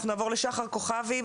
אנחנו נעבור לשחר כוכבי,